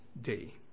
day